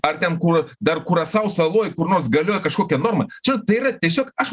ar ten kur dar kurasau saloj kur nors galioja kažkokia norma čia tai yra tiesiog aš